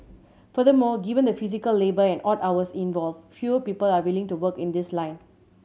furthermore given the physical labour and odd hours involved fewer people are willing to work in this line